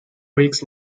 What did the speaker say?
weeks